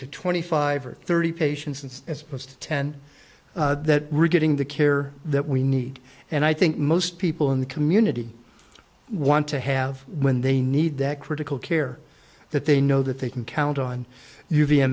to twenty five or thirty patients and as opposed to ten that we're getting the care that we need and i think most people in the community want to have when they need that critical care that they know that they can count on